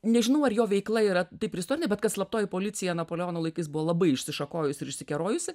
nežinau ar jo veikla yra taip ir istorinė bet kad slaptoji policija napoleono laikais buvo labai išsišakojus ir išsikerojusi